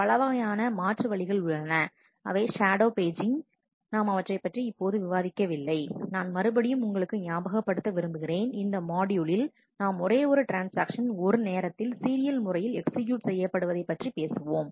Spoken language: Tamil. பல வகையான மாற்று வழிகள் உள்ளன அவை ஷாடோ பெய்ஜிங் நாம் அவற்றைப் பற்றி இப்போது விவாதிக்க வில்லை நான் மறுபடியும் உங்களுக்கு ஞாபகப்படுத்த விரும்புகிறேன் இந்த மாட்யூலில் நாம் ஒரே ஒரு ட்ரான்ஸ்ஆக்ஷன் ஒரு நேரத்தில் சீரியல் முறையில் எக்சீக்யூட் செய்யப்படுவதை பற்றி பேசுவோம்